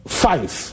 five